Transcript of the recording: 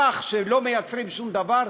לפח שלא מייצרים בו שום דבר,